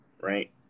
right